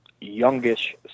youngish